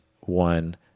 one